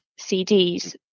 cds